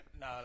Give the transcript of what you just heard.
No